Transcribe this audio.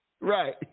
Right